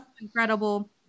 incredible